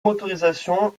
motorisations